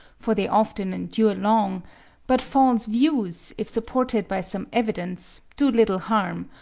for they often endure long but false views, if supported by some evidence, do little harm,